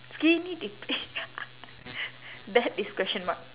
skinny dippi~ that is question mark